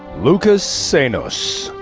lucas sainos.